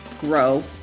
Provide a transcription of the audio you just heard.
grow